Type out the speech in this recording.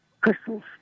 crystals